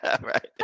right